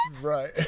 Right